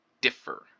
differ